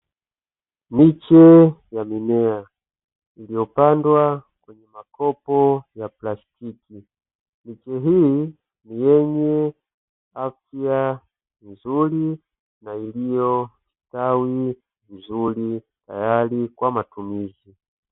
Miche ya mimea iliyopandwa kwenye makopo ya plastiki, miti hii ni yenye afya nzuri na iliyo stawi vizuri tayari kwa matumizi.